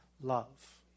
love